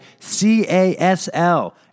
casl